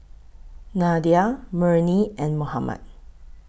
Nadia Murni and Muhammad